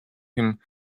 him